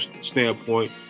standpoint